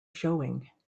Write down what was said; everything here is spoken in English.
showing